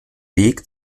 weg